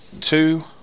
two